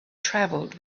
travelled